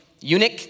eunuch